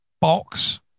box